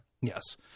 Yes